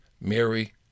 Mary